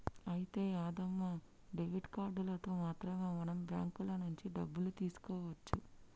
అయితే యాదమ్మ డెబిట్ కార్డులతో మాత్రమే మనం బ్యాంకుల నుంచి డబ్బులు తీయవచ్చు